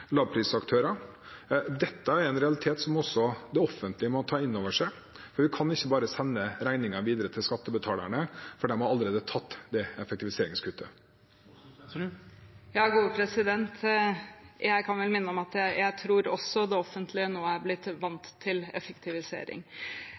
lavprisaktører. Dette er en realitet som også det offentlige må ta inn over seg. Vi kan ikke bare sende regningen videre til skattebetalerne, for de har allerede tatt det effektiviseringskuttet. Jeg kan minne om at jeg tror også det offentlige nå er blitt